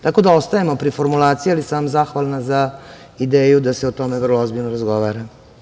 Tako da, ostajemo pri formulaciji, ali sam zahvalna za ideju da se o tome vrlo ozbiljno razgovara.